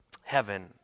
heaven